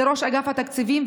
לראש אגף התקציבים,